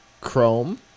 Chrome